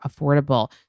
affordable